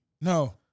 No